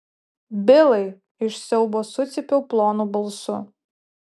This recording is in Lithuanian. bilai iš siaubo sucypiau plonu balsu